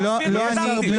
מה זה תגובת קרב,